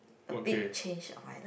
a big change of my life